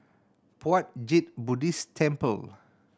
Puat Jit Buddhist Temple